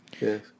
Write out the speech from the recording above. Yes